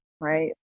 right